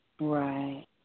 Right